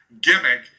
gimmick